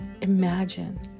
imagine